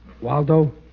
Waldo